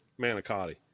manicotti